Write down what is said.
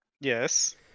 Yes